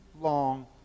long